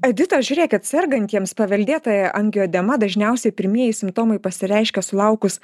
edita žiūrėkit sergantiems paveldėtąja angioedema dažniausiai pirmieji simptomai pasireiškia sulaukus